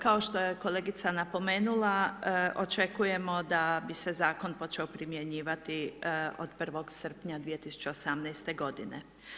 Kao što je kolegica napomenula očekujemo da bi se zakon počeo primjenjivati od 1. srpnja 2018. godine.